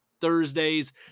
Thursdays